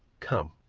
come!